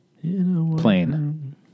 Plain